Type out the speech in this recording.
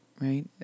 right